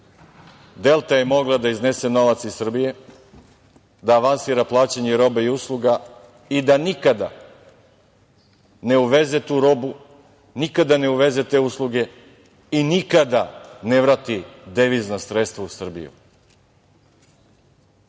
Delta je mogla da iznese novac iz Srbije, da avansira plaćanja roba i usluga i da nikada ne uveze tu robu, nikada ne uveze te usluge i nikada ne vrati devizna sredstva u Srbiju.